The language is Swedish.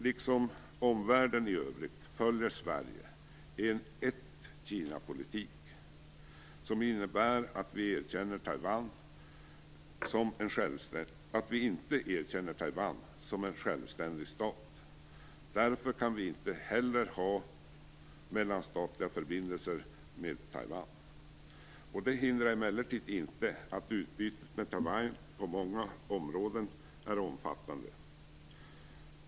Liksom omvärlden i övrigt följer Sverige en ett-Kina-politik som innebär att vi inte erkänner Taiwan som en självständig stat. Därför kan vi inte heller ha mellanstatliga förbindelser med Taiwan. Det hindrar emellertid inte att utbytet med Taiwan på många områden är omfattande.